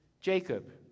Jacob